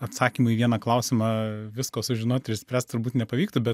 atsakymu į vieną klausimą visko sužinot ir išspręst turbūt nepavyktų bet